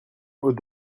aux